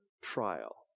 trial